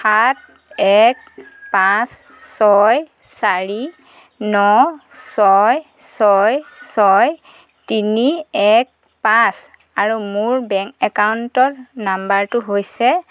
সাত এক পাঁচ ছয় চাৰি ন ছয় ছয় ছয় তিনি এক পাঁচ আৰু মোৰ বেংক একাউণ্টৰ নাম্বাৰটো হৈছে